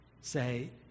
say